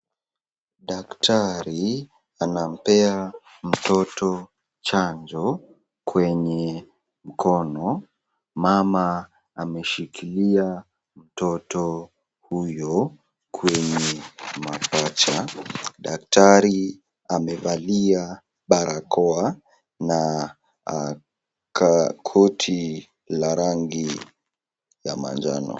Daktari anampea mtoto chanjo kwenye mkono mama ameshikilia mtoto huyo kwenye mapaja daktari amevalia barakoa na koti la rangi la manjano.